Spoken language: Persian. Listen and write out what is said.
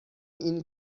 این